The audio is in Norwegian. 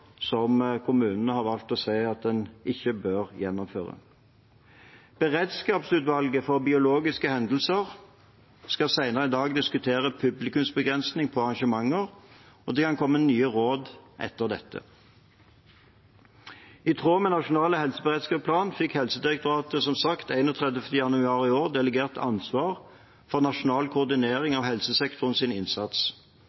som kommunene har valgt å si at en ikke bør gjennomføre. Beredskapsutvalget for biologiske hendelser skal senere i dag diskutere publikumsbegrensning på arrangementer, og det kan komme nye råd etter dette. I tråd med Nasjonal helseberedskapsplan fikk som sagt Helsedirektoratet 31. januar i år delegert ansvar for nasjonal koordinering